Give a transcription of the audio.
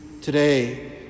today